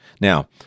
Now